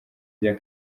rya